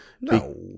No